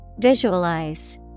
Visualize